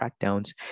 crackdowns